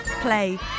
play